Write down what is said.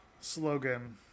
slogan